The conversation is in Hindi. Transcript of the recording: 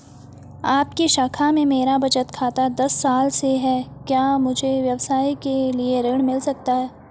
आपकी शाखा में मेरा बचत खाता दस साल से है क्या मुझे व्यवसाय के लिए ऋण मिल सकता है?